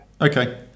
Okay